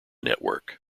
network